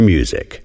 Music